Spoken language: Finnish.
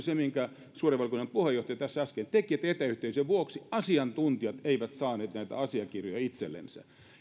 se minkä suuren valiokunnan puheenjohtaja tässä äsken sanoi että etäyhteyksien vuoksi asiantuntijat eivät saaneet näitä asiakirjoja itsellensä